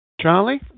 Charlie